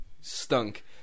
stunk